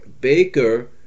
Baker